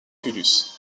oculus